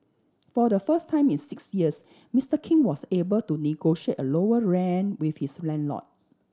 for the first time in six years Mister King was able to negotiate a lower rent with his landlord